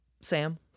Sam